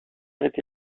étaient